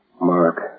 Mark